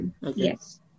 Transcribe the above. yes